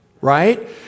right